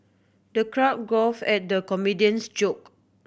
the crowd guffawed at the comedian's joke